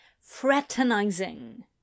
Fraternizing